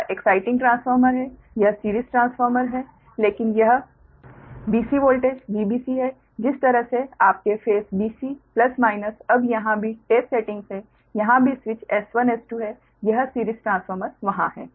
यह exciting transformer है यह सिरीज़ ट्रांसफार्मर है लेकिन यह bc वोल्टेज Vbc है जिस तरह से आपके फेस bc प्लस माइनस अब यहाँ भी टेप सेटिंग्स हैं यहाँ भी स्विच S1S2 है यह सिरीज़ ट्रांसफार्मर वहाँ है